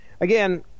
again